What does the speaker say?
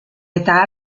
eta